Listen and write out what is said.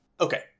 Okay